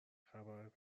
خبر